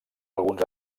alguns